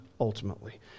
ultimately